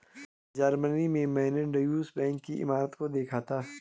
Germany में मैंने Deutsche Bank की इमारत को देखा था